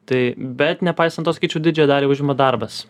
tai bet nepaisant to sakyčiau didžiąją dalį užima darbas